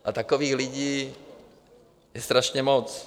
A takových lidí je strašně moc.